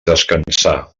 descansar